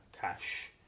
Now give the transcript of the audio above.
cash